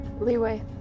Leeway